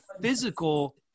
physical –